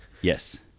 Yes